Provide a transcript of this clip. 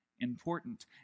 important